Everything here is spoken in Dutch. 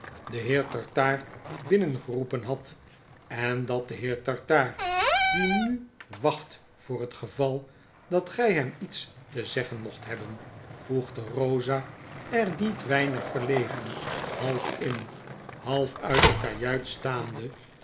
den heer tartaar binnengeroepen had en dat de heer tartaar die nu wacht voor het geval dat gy hem iets te zeggen mocht hebben voegde rosa er niet weinig verlegen half in half uit de kajuit staande